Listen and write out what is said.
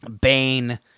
Bane